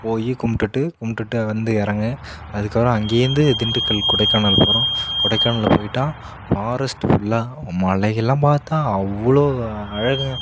போய் கும்பிடுட்டு கும்பிடுட்டு வந்து இறங்குனேன் அதுக்கப்புறம் அங்கேருந்து திண்டுக்கல் கொடைக்கானல் போகிறோம் கொடைக்கானலில் போயிட்டால் ஃபாரஸ்ட்டு ஃபுல்லாக மலைகள்லாம் பார்த்தா அவ்வளோ அழகாக